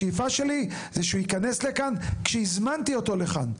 השאיפה שלי היא שהוא ייכנס לכאן כשהזמנתי אותו לכאן,